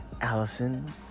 Allison